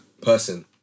person